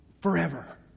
forever